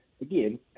again